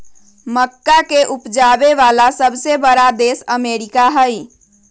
मक्का के उपजावे वाला सबसे बड़ा देश अमेरिका हई